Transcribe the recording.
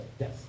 Yes